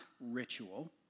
ritual